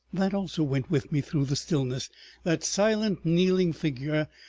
that also went with me through the stillness that silent kneeling figure,